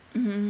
mm mm